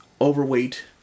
overweight